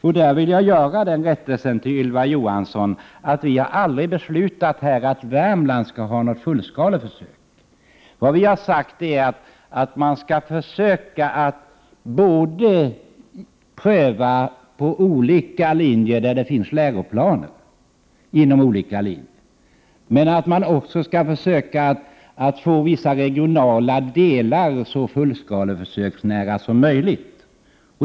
Därför vill jag göra den rättelsen, Ylva Johansson, att riksdagen aldrig har beslutat att det skall förläggas något fullskaleförsök till Värmland. Vad vi har sagt är att man skall försöka att pröva olika linjer där det finns läroplaner. Vidare skall man försöka att få vissa regionala delar så nära fullskaleförsök som möjligt.